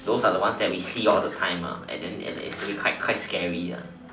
those are the ones that we see all the time lah and and then it's quite scary lah